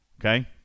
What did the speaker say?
Okay